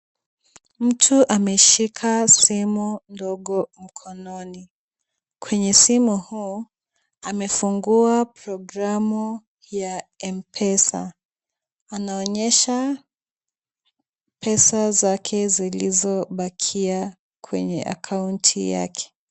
Mtu ameshika simu ndogo mkononi. Kwenye simu huu, amefungua programu ya M-Pesa. Anaonyesha pesa zake zilizobakia kwenye akaunti yake.